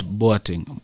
boating